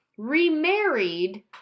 remarried